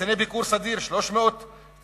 קציני ביקור סדיר, 300 תקנים.